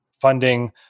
Funding